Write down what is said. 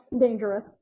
dangerous